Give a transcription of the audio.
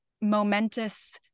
momentous